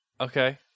Okay